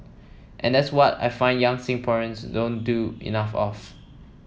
and that's what I find young Singaporeans don't do enough of